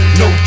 no